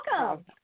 welcome